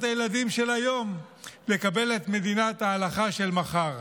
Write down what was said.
הילדים של היום לקבל את מדינת ההלכה של מחר,